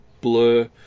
blur